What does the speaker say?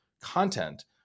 content